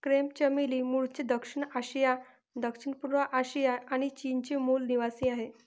crepe चमेली मूळचे दक्षिण आशिया, दक्षिणपूर्व आशिया आणि चीनचे मूल निवासीआहे